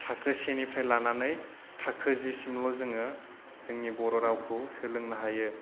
थाखो से निफ्राय लानानै थाखो जि सिमल' जोङो जोंनि बर' रावखौ सोलोंनो हायो